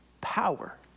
power